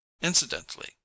Incidentally